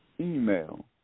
Email